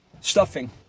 stuffing